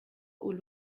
aux